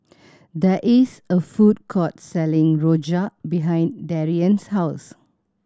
there is a food court selling rojak behind Darien's house